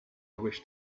wish